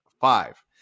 five